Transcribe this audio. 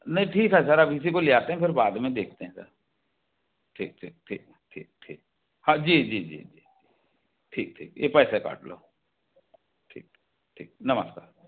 नहीं ठीक है सर अभी इसी को ले जाते हैं फिर बाद में देखते हैं सर ठीक ठीक ठीक ठीक हाँ जी जी जी जी ठीक ठीक ये पैसे काट लो ठीक ठीक ठीक नमस्कार